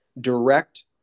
direct